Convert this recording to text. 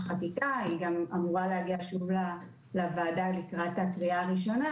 ההצעה אמורה להגיע שוב לוועדה לקראת ההצבעה בקריאה הראשונה